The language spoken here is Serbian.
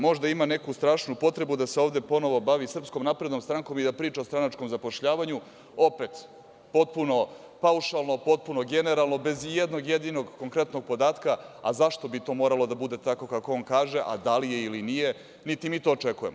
Možda ima neku strašnu potrebu da se ovde ponovo bavi SNS i da priča o stranačkom zapošljavanju, opet potpuno paušalno, potpuno generalno, bez i jednog jedinog konkretnog podatka zašto bi to moralo da bude tako kako on kaže, a da li je ili nije, niti mi to očekujemo.